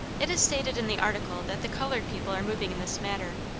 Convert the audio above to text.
it is stated in the article that the colored people are moving in this matter.